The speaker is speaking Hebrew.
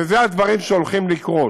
ואלה הדברים שהולכים לקרות.